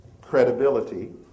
credibility